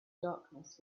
darkness